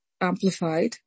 Amplified